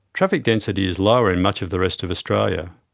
traffic density is lower in much of the rest of australia.